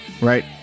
right